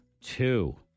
two